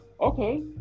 okay